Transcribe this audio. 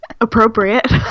appropriate